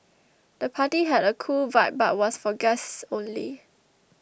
the party had a cool vibe but was for guests only